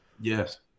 Yes